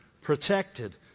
protected